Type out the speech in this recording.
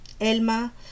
Elma